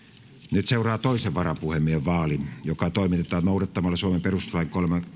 nyt seuraa toisen varapuhemiehen vaali joka toimitetaan noudattamalla suomen perustuslain